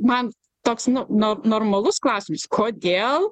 man toks nu no normalus klausimas kodėl